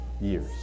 years